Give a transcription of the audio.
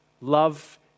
love